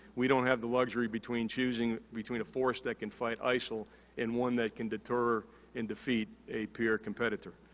we don't have the luxury between choosing between a force that can fight isil and one that can deter and defeat a peer competitor.